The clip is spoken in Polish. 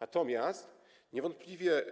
Natomiast niewątpliwie